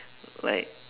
like